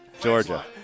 Georgia